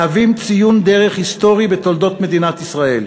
מהווה ציון דרך היסטורי בתולדות מדינת ישראל.